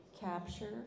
capture